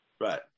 Right